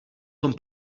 tom